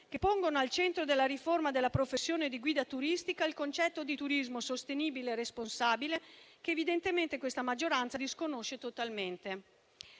che pongono al centro della riforma della professione di guida turistica il concetto di turismo sostenibile e responsabile, che evidentemente questa maggioranza disconosce totalmente.